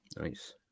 Nice